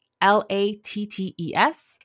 L-A-T-T-E-S